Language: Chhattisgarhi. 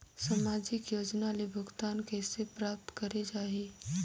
समाजिक योजना ले भुगतान कइसे प्राप्त करे जाहि?